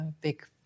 big